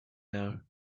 now